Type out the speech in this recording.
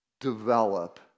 develop